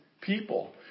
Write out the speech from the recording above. people